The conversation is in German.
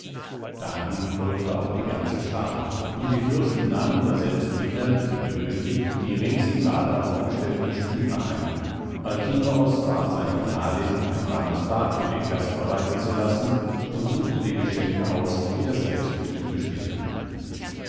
dahin folgte auch die ganze schar und die fürsten nahmen daselbst wieder wie gewöhnlich die rings im saale aufgestellten stühle ein alkinoos bat seine gemahlin ein warmes bad für den gast bereiten zu lassen und suchte die geschenke aus die er selbst für ihn bestimmt hatte